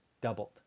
doubled